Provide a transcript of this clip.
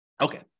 okay